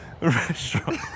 Restaurant